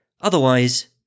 Otherwise